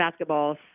basketballs